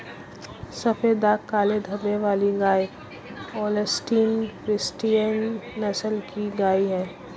सफेद दाग काले धब्बे वाली गाय होल्सटीन फ्रिसियन नस्ल की गाय हैं